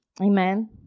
Amen